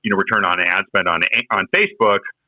you know return on ads spent on on facebook,